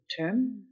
term